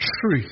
truth